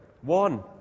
One